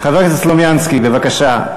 חבר הכנסת סלומינסקי, בבקשה.